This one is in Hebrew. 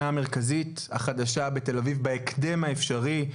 המרכזית החדשה בתל אביב בהקדם האפשרי.